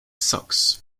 sox